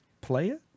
Player